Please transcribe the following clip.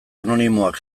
anonimoak